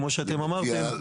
כמו שאמרתם.